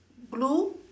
blue